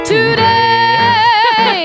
Today